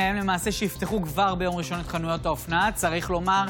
שהמדינה צריכה לתת הוא להוריד